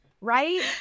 right